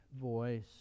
voice